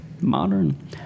Modern